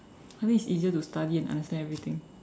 I think it's easier to study and understand everything